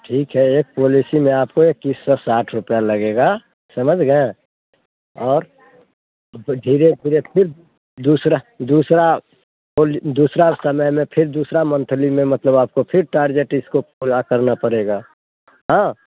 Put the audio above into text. ठीक है एस पोलिसी में आपको इक्कीस सौ साठ रुपया लगेगा समझ गए और धीरे धीरे ख़ुद दूसरा दूसरा पोल दूसरा समय में फिर दूसरा मंथली में मतलब आपको फिर टारगेट इसका पूरा करना पड़ेगा हाँ